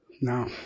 Now